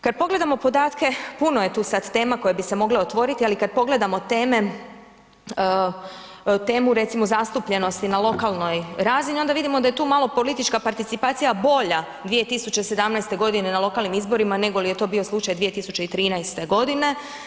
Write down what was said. Kad pogledamo podatke puno je sad tu tema koje bi se mogle otvoriti, ali kad pogledamo teme, temu recimo zastupljenosti na lokalnoj razini onda vidimo da je tu malo politička participacija bolja 2017. godine na lokalnim izborima negoli je to bio slučaj 2013. godine.